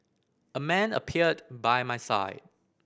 a man appeared by my side